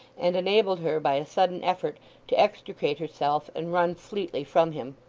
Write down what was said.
and enabled her by a sudden effort to extricate herself and run fleetly from him.